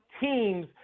teams